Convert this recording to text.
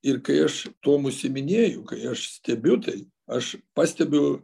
ir kai aš tuom užsiiminėju kai aš stebiu tai aš pastebiu